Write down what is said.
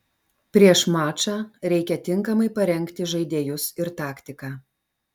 prieš mačą reikia tinkamai parengti žaidėjus ir taktiką